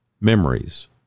memories